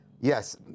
Yes